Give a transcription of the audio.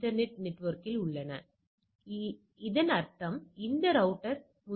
எனவே இதற்கு சராசரி மற்றும் மாறுபட்டு அளவையை என்னால் கணக்கிட முடியும்